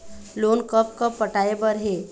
Loan कब कब पटाए बर हे?